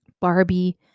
Barbie